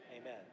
Amen